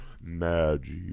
magic